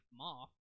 off